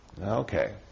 Okay